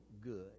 good